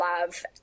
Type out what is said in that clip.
love